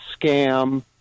scam